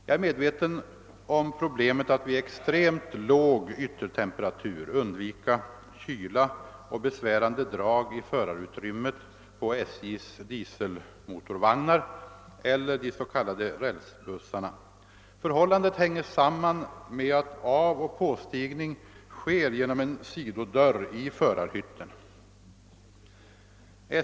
Jag är medveten om problemet att vid extremt låg yttertemperatur undvika kyla och besvärande drag i förarutrymmet på SJ:s dieselmotorvagnar eller de s.k. rälsbussarna. Förhållandet hänger samman med att avoch pästigning sker genom en sidodörr i förarhytten.